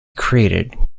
created